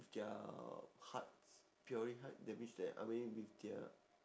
with their hearts purely heart that means that I mean with their